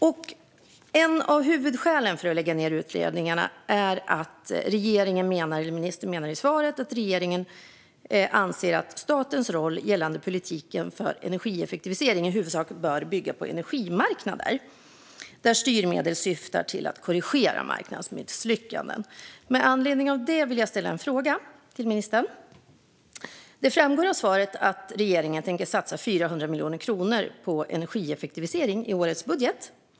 Ministern menar i svaret att ett av huvudskälen till att lägga ned utredningen är att regeringen anser att statens roll gällande politiken för energieffektivisering i huvudsak bör bygga på energimarknader där styrmedel syftar till att korrigera marknadsmisslyckanden. Med anledning av detta vill jag ställa en fråga till ministern. Det framgår av svaret att regeringen tänker satsa 400 miljoner kronor på energieffektivisering i årets budget.